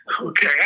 okay